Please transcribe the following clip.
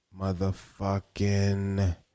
motherfucking